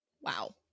Wow